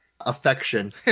affection